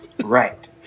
Right